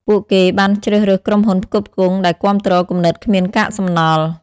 ពួកគេបានជ្រើសរើសក្រុមហ៊ុនផ្គត់ផ្គង់ដែលគាំទ្រគំនិតគ្មានកាកសំណល់។